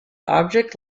object